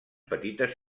petites